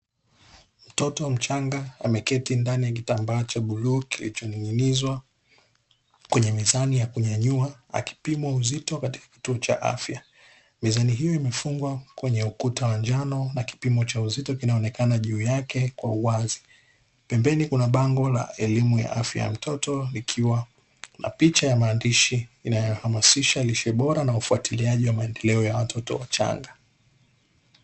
Mtoto mchanga ameketi ndani ya kitambaa cha bluu kikining’ng’inizwa kwenye mizani ya kunyanyua, akiwa akipimwa uzito katika kituo cha afya. Mizani hii imefungwa kwenye ukuta wa njano na kipimo cha uzito kinaonekana juu yake kwa uwazi. Pembeni kuna bango la elimu ya afya ya mtoto ikiwa na picha maandishi inayohamasisha lishe bora na ufuatiliaji wa maendeleo ya mtoto mchanga.